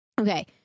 Okay